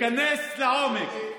תיכנס לעומק.